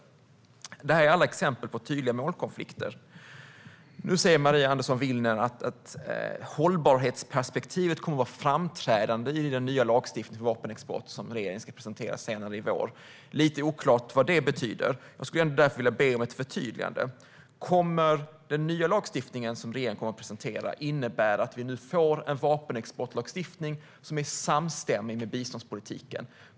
Alla dessa är exempel på tydliga målkonflikter. Nu säger Maria Andersson Willner att hållbarhetsperspektivet kommer att vara framträdande i den nya lagstiftning för vapenexport som regeringen ska presentera senare i vår. Det är lite oklart vad detta betyder, så jag skulle vilja be om ett förtydligande. Kommer den nya lagstiftningen som regeringen ska presentera att innebära att vi nu får en vapenexportlagstiftning som är samstämmig med biståndspolitiken?